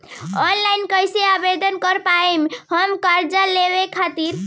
Online कइसे आवेदन कर पाएम हम कर्जा लेवे खातिर?